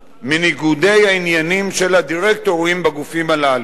מניגודי העניינים של הדירקטורים בגופים הללו.